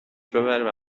ببره